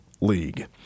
League